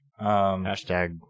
Hashtag